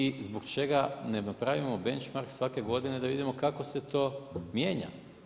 I zbog čega ne napravimo benchmark svake godine da vidimo kako se to mijenja.